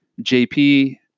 JP